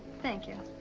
thank you.